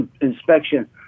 inspection